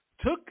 took